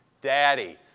Daddy